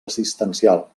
assistencial